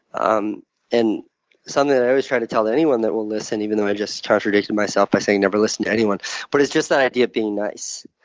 um and something that i always try to tell anyone that will listen, even though i just contradicted myself by saying never listen to anyone but it's just that idea of being nice.